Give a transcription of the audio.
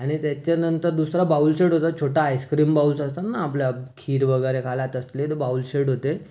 आणि त्याच्यानंतर दुसरा बाउल सेट होता छोटा आइसक्रीम बाउल्स असतात ना आपल्या खीर वगेरे खायला तसलेच बाउल सेट होते